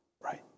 right